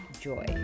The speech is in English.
joy